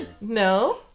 no